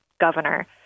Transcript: governor